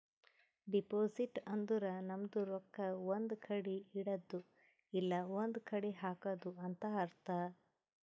deposit ಅಂದುರ್ ನಮ್ದು ರೊಕ್ಕಾ ಒಂದ್ ಕಡಿ ಇಡದ್ದು ಇಲ್ಲಾ ಒಂದ್ ಕಡಿ ಹಾಕದು ಅಂತ್ ಅರ್ಥ